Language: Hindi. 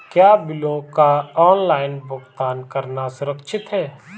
क्या बिलों का ऑनलाइन भुगतान करना सुरक्षित है?